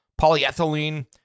polyethylene